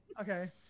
Okay